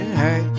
hey